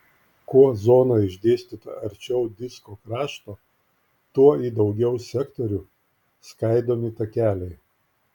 kuo zona išdėstyta arčiau disko krašto tuo į daugiau sektorių skaidomi takeliai